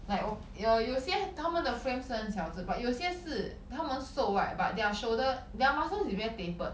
like 我 uh 有些他们的 frame 是很小子 but 有些是他们瘦 right but their shoulder their muscles is very tapered